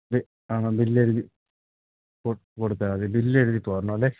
ആണോ ബില്ലെഴുതി കൊടുത്താൽ മതി ബില്ലെഴുതി പോരണം അല്ലേ